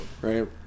Right